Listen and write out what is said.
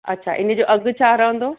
अच्छा इन जो अघि छा रअंदो